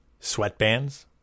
Sweatbands